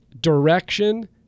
direction